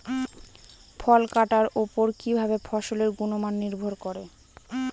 ফসল কাটার উপর কিভাবে ফসলের গুণমান নির্ভর করে?